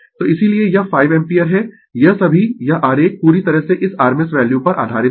तो इसीलिये यह 5 एम्पीयर है यह सभी यह आरेख पूरी तरह से इस rms वैल्यू पर आधारित है